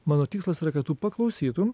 mano tikslas yra kad tu paklausytum